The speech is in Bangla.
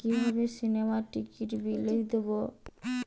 কিভাবে সিনেমার টিকিটের বিল দেবো?